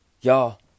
Y'all